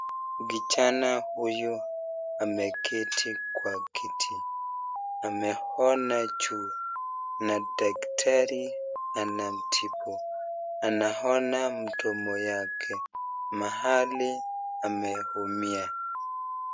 Kijana huyu ameketi kwa kiti, ameona juu na daktari anatibu anaona mdomo yake mahali ameumia.